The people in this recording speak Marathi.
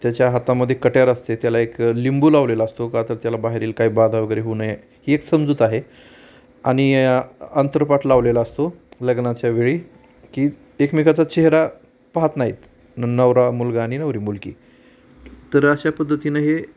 त्याच्या हातामध्ये कट्यार असते त्याला एक लिंबू लावलेला असतो का तर त्याला बाहेरील काय बाधा वगैरे होऊ नये ही एक समजूत आहे आणि अंतरपाट लावलेला असतो लग्नाच्या वेळी की एकमेकाचा चेहरा पहात नाहीत न नवरा मुलगा आणि नवरी मुलगी तर अशा पद्धतीने हे